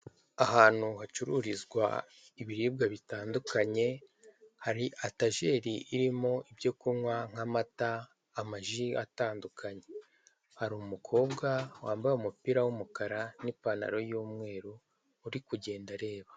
Ahantu hacururizwa ibiribwa bitandukanye, hari atajeri irimo ibyo kunywa nk'amata, amaji atandukanye. Hari umukobwa wambaye umupira w'umukara n'ipantaro y'umweru, uri kugenda areba.